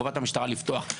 חובת המשטרה לפתוח.